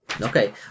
Okay